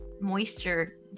moisture